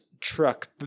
truck